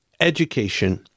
Education